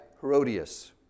Herodias